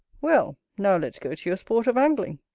well, now let's go to your sport of angling.